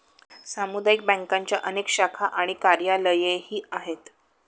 सामुदायिक बँकांच्या अनेक शाखा आणि कार्यालयेही आहेत